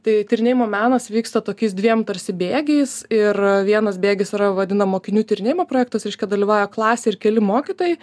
tai tyrinėjimo menas vyksta tokiais dviem tarsi bėgiais ir vienas bėgis yra vadina mokinių tyrinėjimo projektas reiškia dalyvauja klasė ir keli mokytojai